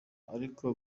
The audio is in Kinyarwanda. ariko